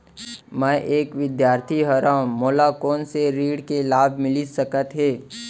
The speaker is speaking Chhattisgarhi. मैं एक विद्यार्थी हरव, मोला कोन से ऋण के लाभ मिलिस सकत हे?